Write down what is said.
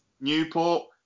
Newport